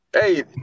Hey